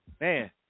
Man